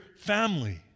family